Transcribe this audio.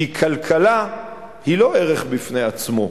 כי כלכלה היא לא ערך בפני עצמו,